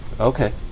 okay